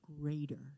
greater